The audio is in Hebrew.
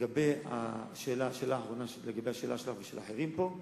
לגבי השאלה שלך ושל אחרים פה,